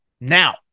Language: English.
Now